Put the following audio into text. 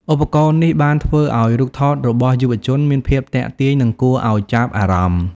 ឧបករណ៍នេះបានធ្វើឱ្យរូបថតរបស់យុវជនមានភាពទាក់ទាញនិងគួរឱ្យចាប់អារម្មណ៍។